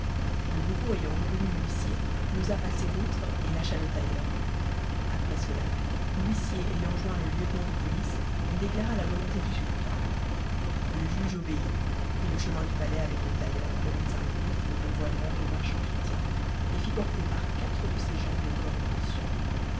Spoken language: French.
le bourreau ayant reconnu l'huissier n'osa passer outre et lâcha le tailleur après cela l'huissier ayant joint le lieutenant de police lui déclara la volonté du sultan le juge obéit prit le chemin du palais avec le tailleur le médecin juif le pourvoyeur et le marchand chrétien et fit porter par quatre de ses gens le corps du bossu